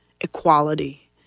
equality